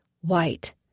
white